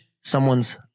someone's